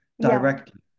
directly